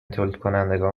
تولیدکنندگان